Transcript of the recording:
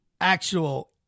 actual